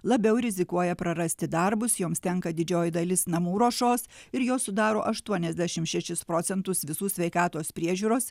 labiau rizikuoja prarasti darbus joms tenka didžioji dalis namų ruošos ir jos sudaro aštuoniasdešim šešis procentus visų sveikatos priežiūros